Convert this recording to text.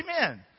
Amen